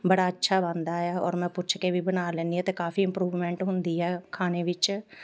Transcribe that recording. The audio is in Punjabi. ਬੜਾ ਅੱਛਾ ਬਣਦਾ ਏ ਆ ਔਰ ਮੈਂ ਪੁੱਛ ਕੇ ਵੀ ਬਣਾ ਲੈਂਦੀ ਹਾਂ ਅਤੇ ਕਾਫ਼ੀ ਇੰਮਪਰੂਵਮੈਂਟ ਹੁੰਦੀ ਹੈ ਖਾਣੇ ਵਿੱਚ